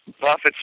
Buffett's